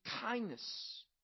kindness